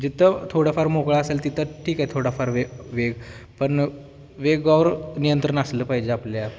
जिथं थोडंफार मोकळं असेल तिथं ठीक आहे थोडाफार वेग वेग पण वेगावर नियंत्रण असलं पाहिजे आपल्या